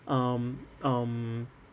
um um